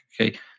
okay